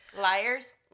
Liars